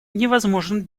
невозможен